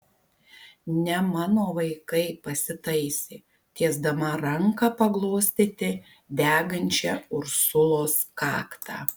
ne mano vaikai pasitaisė tiesdama ranką paglostyti degančią ursulos kaktą